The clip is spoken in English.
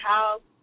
House